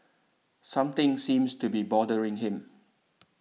something seems to be bothering him